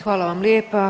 Hvala vam lijepa.